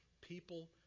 People